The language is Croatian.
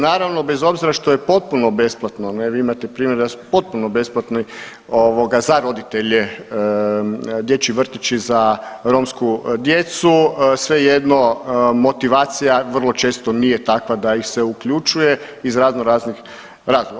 Naravno bez obzira što je potpuno besplatno, ne vi imate primjer da su potpuno besplatni ovoga za roditelje dječji vrtići za romsku djecu svejedno motivacija vrlo često nije takva da ih se uključuje iz razno raznih razloga.